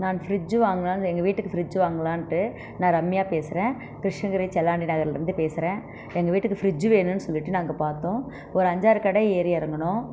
நான் ஃப்ரிஜ்ஜு வாங்கலான் எங்கள் வீட்டுக்கு ஃப்ரிஜ்ஜு வாங்கலானுட்டு நான் ரம்யா பேசுகிறேன் கிருஷ்ணகிரி செல்லாண்டி நகரில் இருந்து பேசுகிறேன் எங்கள் வீட்டுக்கு ஃப்ரிஜ்ஜு வேணும் சொல்லிட்டு நாங்கள் பார்த்தோம் ஒரு அஞ்சாறு கடை ஏறி இறங்குனோம்